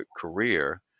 career